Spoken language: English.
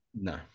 No